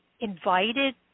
invited